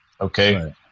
Okay